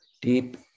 deep